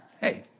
Hey